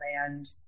land